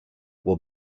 will